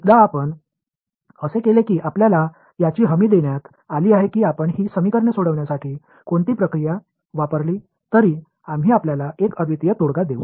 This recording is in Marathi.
एकदा आपण असे केले की आपल्याला याची हमी देण्यात आली आहे की आपण ही समीकरणे सोडविण्यासाठी कोणती प्रक्रिया वापरली तरी आम्ही आपल्याला एक अद्वितीय तोडगा देऊ